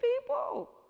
people